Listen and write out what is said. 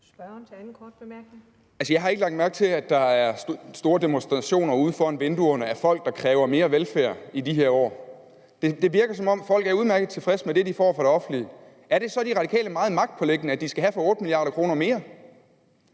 Jeg har altså ikke lagt mærke til, at der er store demonstrationer ude foran vinduerne af folk, der kræver mere velfærd, i de her år. Det virker, som om folk er udmærket tilfredse med det, de får fra det offentlige. Er det så De Radikale meget magtpåliggende, at de skal have for 8 mia. kr. mere?